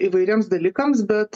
įvairiems dalykams bet